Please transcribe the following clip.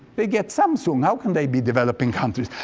they get samsung, how can they be developing country?